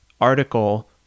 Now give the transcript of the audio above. article